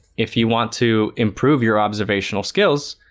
if you want to improve your observational skills,